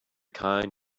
kind